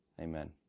Amen